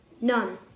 none